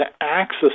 access